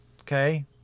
okay